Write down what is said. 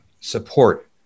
support